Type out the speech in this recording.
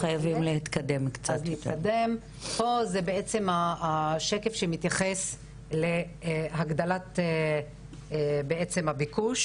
פה זה השקף שמתייחס להגדלת הביקוש.